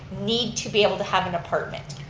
need to be able to have an apartment.